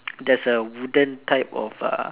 there's a wooden type of uh